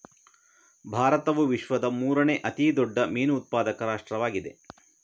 ಭಾರತವು ವಿಶ್ವದ ಮೂರನೇ ಅತಿ ದೊಡ್ಡ ಮೀನು ಉತ್ಪಾದಕ ರಾಷ್ಟ್ರವಾಗಿದೆ